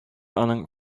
аның